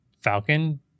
falcon